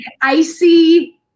icy